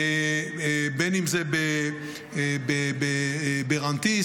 בין אם זה ברנתיס,